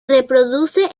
reproduce